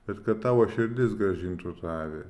bet kad tavo širdis grąžintų tą avį